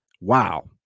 wow